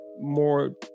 more